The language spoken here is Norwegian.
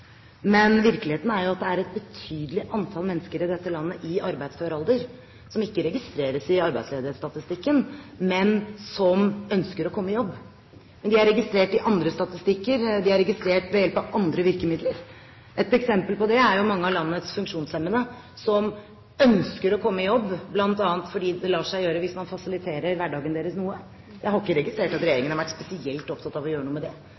men virkeligheten er jo at det er et betydelig antall mennesker i dette landet i arbeidsfør alder som ikke registreres i arbeidsledighetsstatistikken, men som ønsker å komme i jobb. De er registrert i andre statistikker, de er registrert ved hjelp av andre virkemidler. Et eksempel på det er mange av landets funksjonshemmede som ønsker å komme i jobb, bl.a. fordi det lar seg gjøre hvis man fasiliterer hverdagen deres noe. Jeg har ikke registrert at regjeringen har vært spesielt opptatt av å gjøre noe med det,